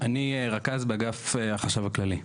אני רכז באגף החשב הכללי.